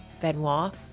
Benoit